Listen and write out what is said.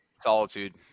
Solitude